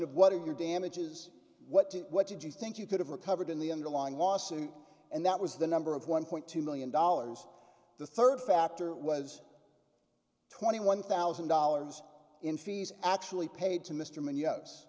of what are your damages what did you think you could have recovered in the underlying lawsuit and that was the number of one point two million dollars the third factor was twenty one thousand dollars in fees actually paid to mr mann yes